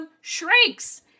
shrinks